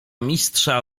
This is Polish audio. mistrza